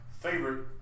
Favorite